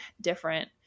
different